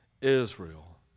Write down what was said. Israel